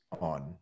on